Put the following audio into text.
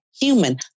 human